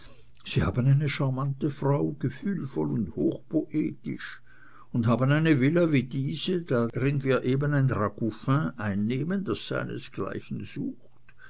sie haben eine charmante frau gefühlvoll und hochpoetisch und haben eine villa wie diese darin wir eben ein ragout fin einnehmen das seinesgleichen sucht